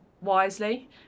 wisely